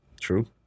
True